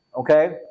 okay